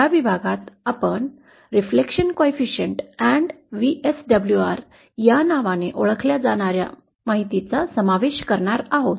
या विभागात आपण परावर्तन गुणांक आणि व्हीएसडब्ल्यूआर या नावाने ओळखल्या जाणाऱ्या माहितीचा समावेश करणार आहोत